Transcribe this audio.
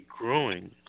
growing